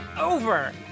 Over